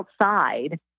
outside